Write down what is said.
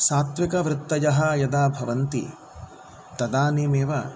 सात्त्विकवृत्तयः यदा भवन्ति तदानीमेव